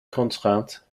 contraintes